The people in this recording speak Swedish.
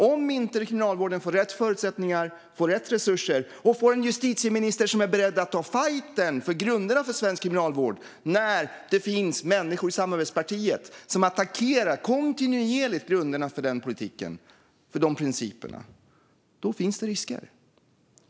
Om inte Kriminalvården får rätt förutsättningar, rätt resurser och en justitieminister som är beredd att ta fajten för svensk kriminalvård när det finns människor i samarbetspartiet som kontinuerligt attackerar grunderna för den politiken finns det risker.